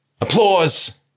applause